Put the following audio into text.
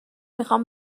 میخام